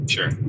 Sure